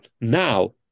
now